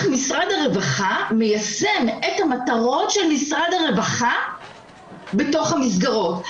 משרד הרווחה מיישם את המטרות של משרד הרווחה בתוך המסגרות.